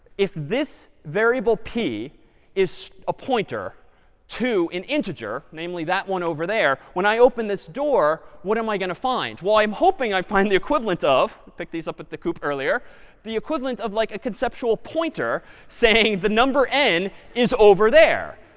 if this variable p is a pointer to an integer, namely that one over there, when i open this door, what am i going to find? well i'm hoping i find the equivalent of we picked these up at the coop earlier the equivalent of like a conceptual pointer saying the number n is over there.